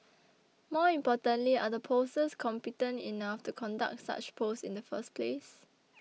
more importantly are the pollsters competent enough to conduct such polls in the first place